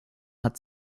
hat